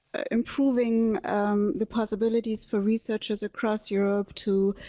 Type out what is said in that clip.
improving the possibilities for researchers across europe to